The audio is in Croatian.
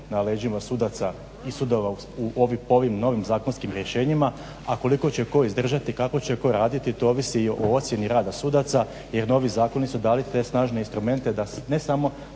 na leđima sudaca i sudova po ovim novim zakonskim rješenjima, a koliko će tko izdržati, kako će tko raditi to ovisi o ocjeni rada sudaca jer novi zakoni su dali te snažne instrumente da ne samo